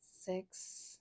six